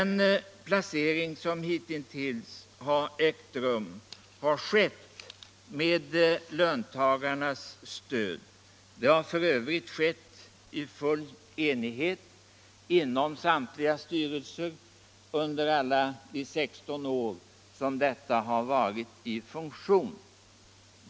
De placeringar som hittills ägt rum har skett med löntagarnas stöd. Det har f.ö. skett i full enighet inom samtliga styrelser under alla de 16 år som dessa har varit i funktion.